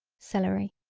celery.